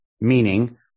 meaning